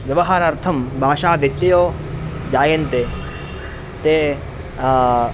व्यवहारार्थं भाषाव्यत्ययो जायन्ते ते